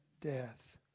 death